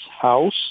house